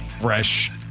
fresh